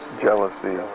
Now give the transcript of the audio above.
jealousy